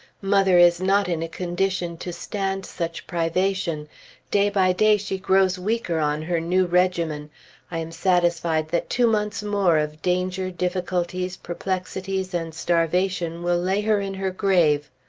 mother is not in a condition to stand such privation day by day she grows weaker on her new regimen i am satisfied that two months more of danger, difficulties, perplexities, and starvation will lay her in her grave.